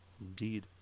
Indeed